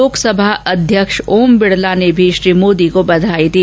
लोकसभा अध्यक्ष ओम बिड़ला ने भी श्री मोदी को बधाई दी